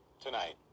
tonight